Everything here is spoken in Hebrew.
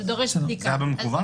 בדיקה.